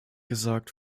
gesagt